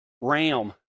ram